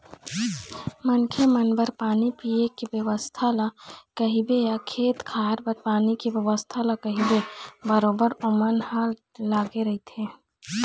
मनखे मन बर पानी पीए के बेवस्था ल कहिबे या खेत खार बर पानी के बेवस्था ल कहिबे बरोबर ओमन ह लगे रहिथे